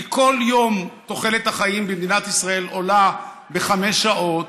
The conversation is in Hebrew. כי כל יום תוחלת החיים במדינת ישראל עולה בחמש שעות,